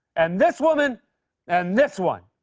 and this woman and this one!